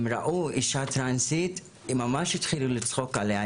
הם ראו אישה טרנסית וממש התחילו לצחוק עליה,